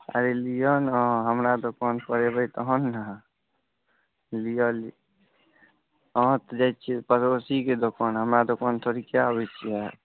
अरे लिअ ने अहाँ हमरा दोकान पर अयबै तहन ने लिअ अहाँ तऽ जाइत छियै पड़ोसीके दोकान हमरा दोकान पर किआ अबैत छी अहाँ